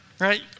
right